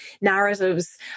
narratives